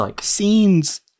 scenes